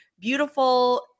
beautiful